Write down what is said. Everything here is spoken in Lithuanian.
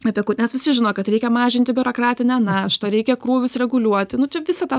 apie mes visi žino kad reikia mažinti biurokratinę naštą reikia krūvius reguliuoti nu čia visą tą